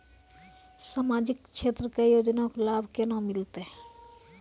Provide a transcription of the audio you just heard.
समाजिक क्षेत्र के योजना के लाभ केना मिलतै?